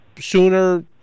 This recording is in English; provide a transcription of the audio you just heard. sooner